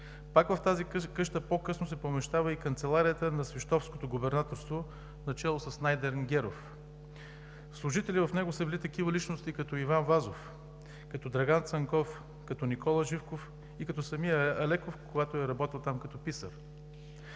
Пак в тази къща по-късно се помещава и канцеларията на свищовското губернаторство начело с Найден Геров. Служители в него са били такива личности, като Иван Вазов, Драган Цанков, Никола Живков и като самия Алеко, когато е работил там като писар.